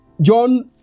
John